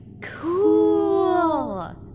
Cool